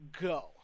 go